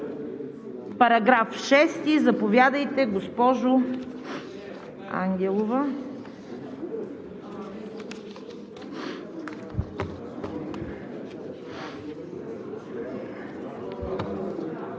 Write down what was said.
Параграф 6 – заповядайте, госпожо Ангелова.